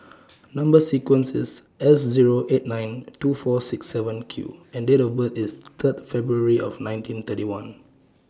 Number sequence IS S Zero eight nine two four six seven Q and Date of birth IS Third February of nineteen thirty one